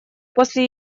после